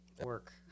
work